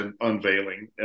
unveiling